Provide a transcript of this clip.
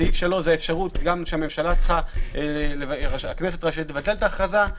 סעיף 3 קובע שהכנסת רשאית לבטל את ההכרזה.